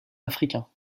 africain